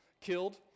killed